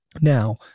Now